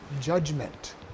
judgment